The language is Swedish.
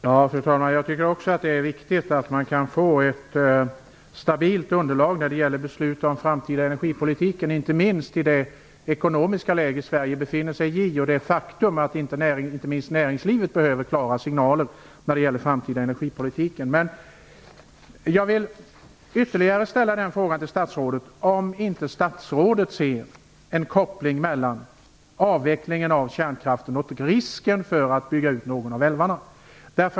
Fru talman! Jag tycker också att det är viktigt med ett stabilt underlag när det gäller beslut om den framtida energipolitiken, inte minst i det ekonomiska läge som Sverige befinner sig i. Jag tänker också på det faktum att inte minst näringslivet behöver klara signaler när det gäller den framtida energipolitiken. Ser inte statsrådet en koppling mellan avvecklingen av kärnkraften och risken för att bygga ut någon av älvarna?